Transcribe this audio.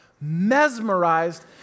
mesmerized